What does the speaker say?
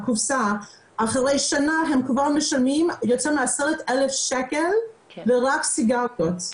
אחרי שנה הם כבר משלמים יותר מ-10,000 שקלים רק עבור הסיגריות.